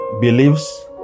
believes